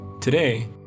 today